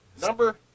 Number